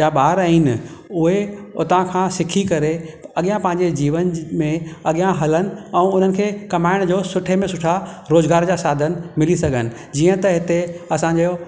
जा ॿार आहिनि उहे हुतां खां सीखी करे अॻियां पंहिंजे जीवन में अॻियां हलनि ऐं हुननि खे कमाइण जो सुठे में सुठा रोज़गार जा साधन मिली सघनि जीअं त हिते असांजो